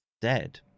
dead